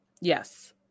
Yes